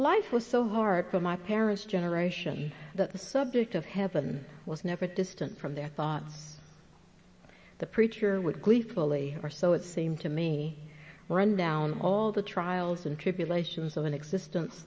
life was so hard for my parents generation that the subject of heaven was never distant from their thoughts the preacher would gleefully or so it seemed to me run down all the trials and tribulations of an existence